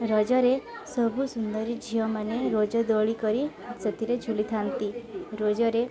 ରଜରେ ସବୁ ସୁନ୍ଦରୀ ଝିଅମାନେ ରଜ ଦୋଳି କରି ସେଥିରେ ଝୁଲିଥାନ୍ତି ରଜରେ